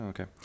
Okay